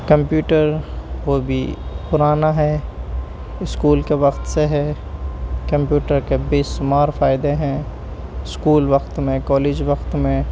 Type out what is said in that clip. computer وہ بھی پرانا ہے اسکول کے وقت سے ہے کمپیوٹر کے بے شمار فائدے ہیں اسکول وقت میں کالج وقت میں